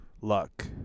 Luck